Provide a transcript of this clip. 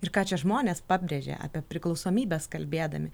ir ką čia žmonės pabrėžė apie priklausomybes kalbėdami